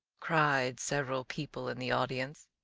cried several people in the audience.